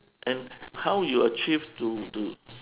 and how you achieve to to